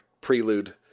prelude